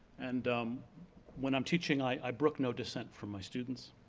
and um when i'm teaching i brook no dissent from my students.